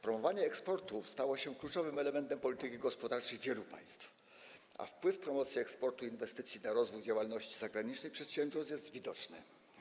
Promowanie eksportu stało się kluczowym elementem polityki gospodarczej wielu państw, a wpływ promocji eksportu i inwestycji na rozwój działalności zagranicznej przedsiębiorstw jest widoczny.